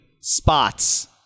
spots